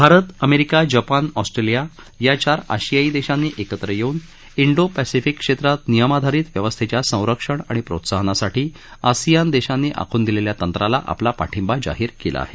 Bharat America Japan Australia या चार आशियाई देशांनी एकत्र येऊन इंडो पॅसिफिक क्षेत्रात नियमाधारीत व्यवस्थेच्या संरक्षण आणि प्रोत्साहनासाठी आसियन देशांनी आखून दिलेल्या तंत्राला आपला पाठींबा जाहीर केला आहे